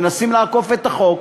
מנסים לעקוף את החוק,